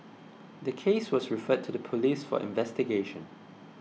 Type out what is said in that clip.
the case was referred to the police for investigation